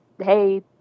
hey